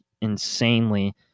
insanely